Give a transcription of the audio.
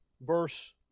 Verse